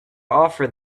offer